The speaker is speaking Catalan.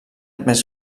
més